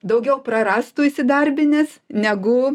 daugiau prarastų įsidarbinęs negu